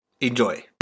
Enjoy